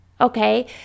okay